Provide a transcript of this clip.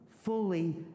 Fully